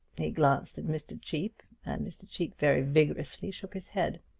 he glanced at mr. cheape and mr. cheape very vigorously shook his head.